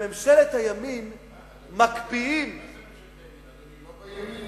בממשלת הימין מקפיאים, מה זה ממשלת הימין,